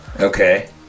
Okay